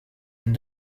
and